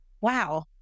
Wow